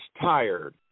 Tired